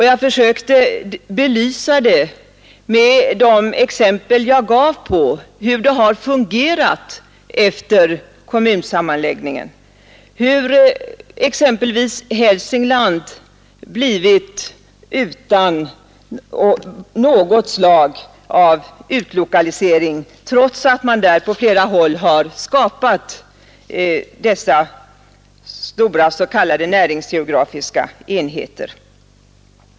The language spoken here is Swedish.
Jag försökte belysa den med exempel på hur regionalpolitiken har fungerat efter kommunsammanslagningen, hur exempelvis Hälsingland blivit utan något slag av utlokalisering trots att man där på flera håll har skapat dessa stora s.k. näringsgeografiska enheter.